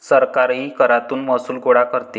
सरकारही करातून महसूल गोळा करते